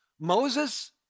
Moses